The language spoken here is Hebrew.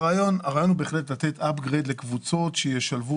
הרעיון הוא בהחלט לתת אפגרייד לקבוצות שישלבו